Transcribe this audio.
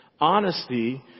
Honesty